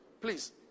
please